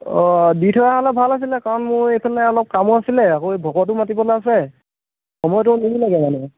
অঁ দি থৈ অহা হ'লে ভাল আছিলে কাৰণ মোৰ এইফালে অলপ কামো আছিলে আকৌ এই ভকতো মাতিবলৈ আছে সময়টো নিমিলেগৈ মানে